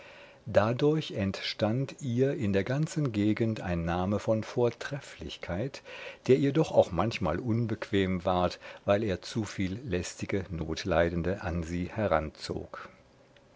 dadurch entstand ihr in der ganzen gegend ein name von vortrefflichkeit der ihr doch auch manchmal unbequem ward weil er allzuviel lästige notleidende an sie heranzog